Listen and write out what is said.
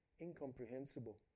incomprehensible